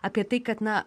apie tai kad na